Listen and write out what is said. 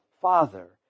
Father